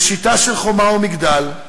בשיטה של חומה ומגדל,